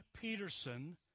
Peterson